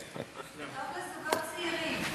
זה טוב לכולם, לזוגות צעירים.